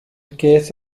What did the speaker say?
case